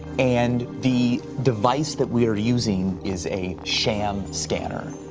and the device that we are using is a sham scanner.